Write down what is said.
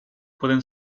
pueden